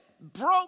broke